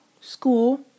school